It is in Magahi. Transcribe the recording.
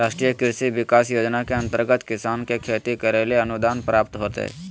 राष्ट्रीय कृषि विकास योजना के अंतर्गत किसान के खेती करैले अनुदान प्राप्त होतय